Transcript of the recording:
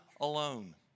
alone